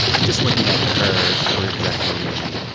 just looking at her career trajectory